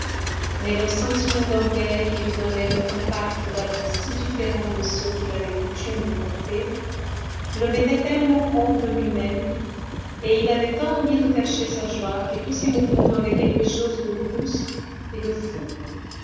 mais le sentiment d'orgueil que lui donnait le contact d'habits si différents de ceux qu'il avait coutume de porter le mettait tellement hors de lui-même et il avait tant envie de cacher sa joie que tous ses mouvements avaient quelque chose de brusque et de fou